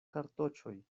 kartoĉoj